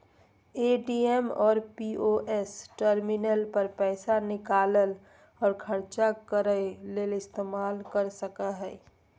ATM और POS terminal पर पैसा निकालय और ख़र्चा करय ले इस्तेमाल कर सकय हइ